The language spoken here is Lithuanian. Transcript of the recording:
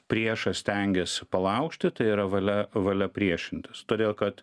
priešas stengiasi palaužti tai yra valia valia priešintis todėl kad